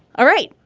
all right.